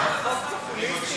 אני מקשיב,